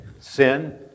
sin